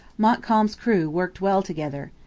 montcalm's crew worked well together.